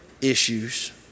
issues